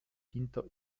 hinter